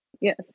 Yes